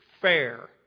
fair